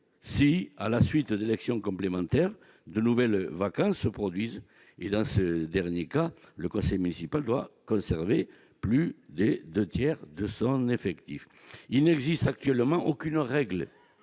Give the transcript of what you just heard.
si, à la suite de l'élection complémentaire de nouvelles vacances se produisent et, dans ce dernier cas, le conseil municipal doit conserver plus de 2 tiers de son effectif, il n'existe actuellement aucune règle,